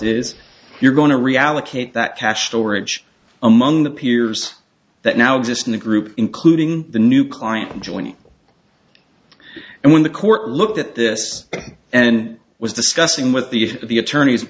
is you're going to reallocate that cache orage among the peers that now exist in the group including the new client joining and when the court looked at this and was discussing with the the attorneys